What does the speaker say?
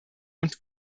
und